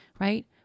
right